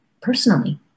personally